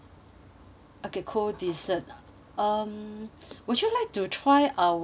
okay cold dessert um would you like to try our